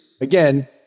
again